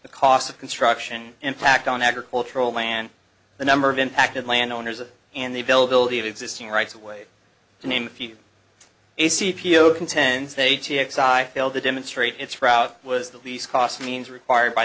the cost of construction impact on agricultural land the number of impacted land owners and the ability of existing rights away to name a few a c p o contends they t s i failed to demonstrate its route was the least cost means required by